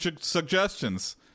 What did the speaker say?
suggestions